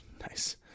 nice